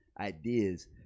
ideas